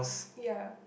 ya